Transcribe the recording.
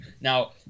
Now